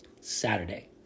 Saturday